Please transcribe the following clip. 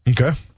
Okay